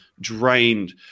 drained